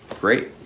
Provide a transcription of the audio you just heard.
great